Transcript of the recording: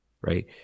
right